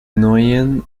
neuen